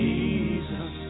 Jesus